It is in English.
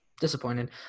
Disappointed